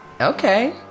Okay